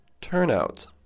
turnout